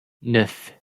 neuf